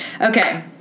Okay